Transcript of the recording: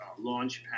Launchpad